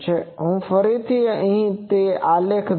હું ફરીથી તે બે આલેખ દોરીશ